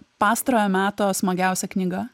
pastarojo meto smagiausia knyga